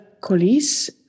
Colis